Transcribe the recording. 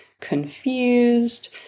confused